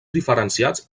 diferenciats